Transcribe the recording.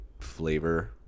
flavor